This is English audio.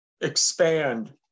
expand